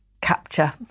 capture